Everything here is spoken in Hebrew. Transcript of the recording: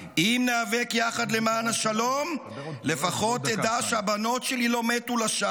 "אם ניאבק יחד למען השלום --- לפחות אדע שהבנות שלי לא מתו לשווא".